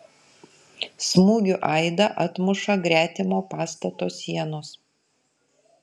smūgių aidą atmuša gretimo pastato sienos